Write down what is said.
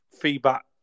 feedback